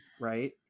right